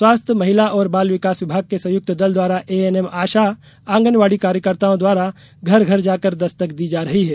स्वास्थ्य महिला और बालविकास विभाग के संयुक्त दल द्वारा एएनएम आशा आंगनवाड़ी कार्यकर्ताओं द्वारा घर घर जाकर दस्तक दी जा रही है